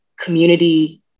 community